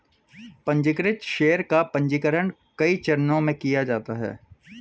पन्जीकृत शेयर का पन्जीकरण कई चरणों में किया जाता है